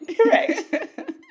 correct